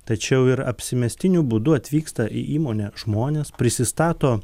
tačiau ir apsimestiniu būdu atvyksta į įmonę žmonės prisistato